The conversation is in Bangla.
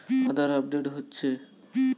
আধার আপডেট হচ্ছে?